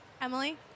Emily